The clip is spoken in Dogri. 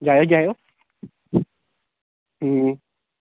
जाएओ जाएओ हूं